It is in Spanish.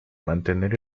mantener